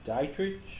Dietrich